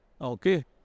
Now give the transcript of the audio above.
okay